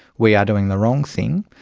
we are doing the wrong thing.